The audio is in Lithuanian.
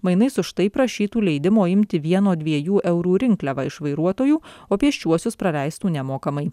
mainais už tai prašytų leidimo imti vieno dviejų eurų rinkliavą iš vairuotojų o pėsčiuosius praleistų nemokamai